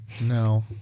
No